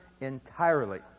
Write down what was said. entirely